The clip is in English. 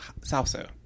salsa